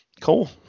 Cool